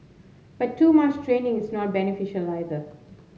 but too much training is not beneficial neither